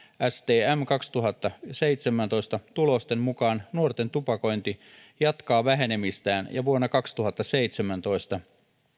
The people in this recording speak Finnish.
stm kaksituhattaseitsemäntoista tulosten mukaan nuorten tupakointi jatkaa vähenemistään ja vuonna kaksituhattaseitsemäntoista